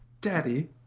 Daddy